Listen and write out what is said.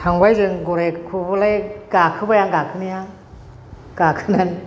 थांबाय जों गरायखौबोलाय गाखोबाय आं गाखोनाया गाखोनानै